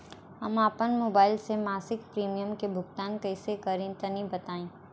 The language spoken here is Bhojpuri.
हम आपन मोबाइल से मासिक प्रीमियम के भुगतान कइसे करि तनि बताई?